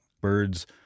Birds